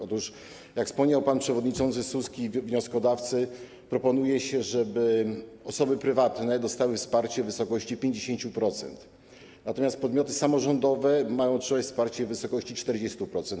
Otóż jak wspominał pan przewodniczący Suski i wnioskodawcy, proponuje się, żeby osoby prywatne dostały wsparcie w wysokości 50%, natomiast podmioty samorządowe mają otrzymać wsparcie w wysokości 40%.